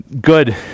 good